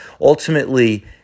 Ultimately